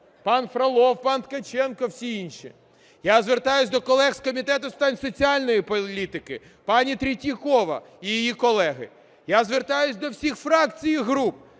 пан Фролов, пан Ткаченко, всі інші. Я звертаюсь до колег з Комітету з питань соціальної політики, пані Третьякова і її колеги. Я звертаюсь до всіх фракцій і груп.